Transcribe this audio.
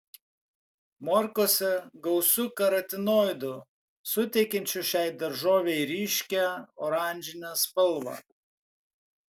morkose gausu karotinoidų suteikiančių šiai daržovei ryškią oranžinę spalvą